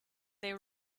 they